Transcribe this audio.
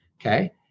okay